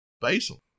basil